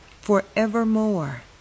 forevermore